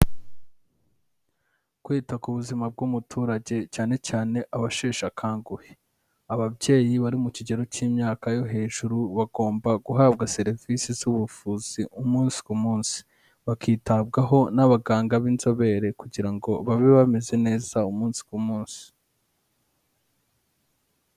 Kwita ku buzima bw'umuturage cyane cyane abasheshe akanguhe, ababyeyi bari mu kigero k'imyaka yo hejuru bagomba guhabwa serivisi z'ubuvuzi umunsi ku munsi, bakitabwaho n'abaganga b'inzobere kugira ngo babe bameze neza umunsi ku munsi.